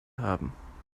haben